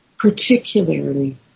particularly